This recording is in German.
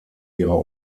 ihrer